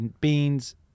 beans